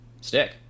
stick